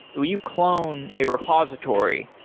when you clone a repository,